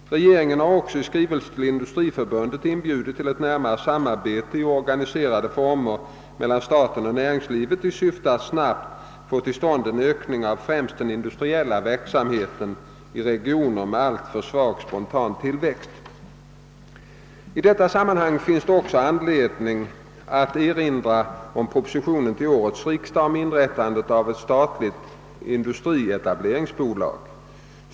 Regeringen har också i en skrivelse till Industriförbundet inbjudit till ett närmare samarbete i organiserade former mellan staten och näringslivet i syfte att snabbt få till stånd en ökning av främst den industriella verksamheten i regioner med alltför svag spontan tillväxt. I detta sammanhang finns det också anledning att erinra om propositionen till årets riksdag om inrättandet av ett statligt industrietableringsbolag.